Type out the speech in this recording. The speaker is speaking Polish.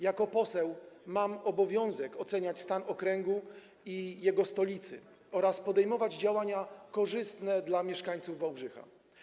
Jako poseł mam obowiązek oceniać stan okręgu i jego stolicy oraz podejmować działania korzystne dla mieszkańców Wałbrzycha.